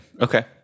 Okay